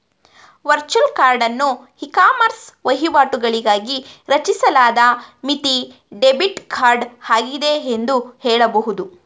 virtual ಕಾರ್ಡನ್ನು ecommerce ವಹಿವಾಟುಗಳಿಗಾಗಿ ರಚಿಸಲಾದ ಮಿತಿ ಡೆಬಿಟ್ ಕಾರ್ಡ್ ಆಗಿದೆ ಎಂದು ಹೇಳಬಹುದು